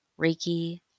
Reiki